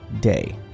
Day